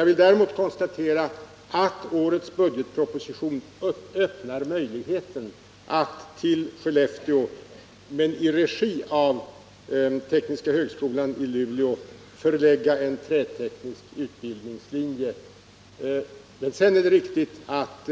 Jag vill däremot konstatera att årets budgetproposition öppnar möjligheten att till Skellefteå förlägga en träteknisk utbildningslinje, låt vara att utbildningen skall bedrivas i regi av tekniska högskolan i Luleå. Sedan är det riktigt att